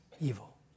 evil